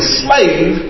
slave